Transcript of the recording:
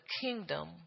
kingdom